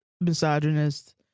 misogynist